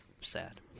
sad